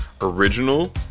original